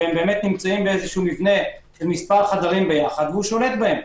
ונמצאים במבנה של מספר חדרים ביחד והוא שולט בהם,